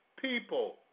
people